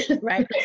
Right